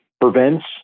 prevents